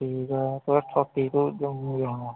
ठीक ऐ तुसें थाप्पी तो जम्मू जाना